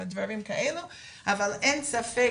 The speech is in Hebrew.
אבל אין ספק,